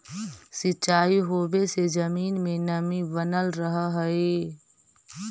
सिंचाई होवे से जमीन में नमी बनल रहऽ हइ